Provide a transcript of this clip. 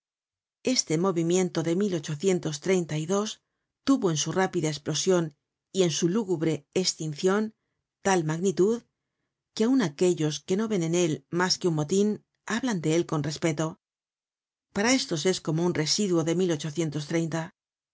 este movimiento de tuvo en su rápida esplosion y en su lúgubre estincion tal magnitud que aun aquellos que no ven en él mas que un motin hablan de él con respeto para estos es como un residuo de